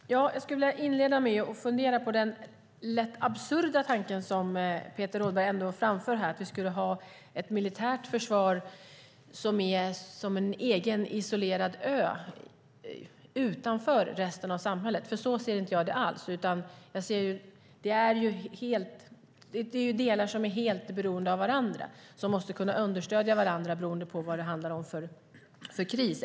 Fru talman! Jag skulle vilja inleda med att fundera över den lätt absurda tanke som Peter Rådberg framför, att vi skulle ha ett militärt försvar som är som en egen, isolerad ö utanför resten av samhället. Så ser jag det inte alls. Det är delar som är helt beroende av varandra. De måste kunna understödja varandra beroende på vilken kris det handlar om.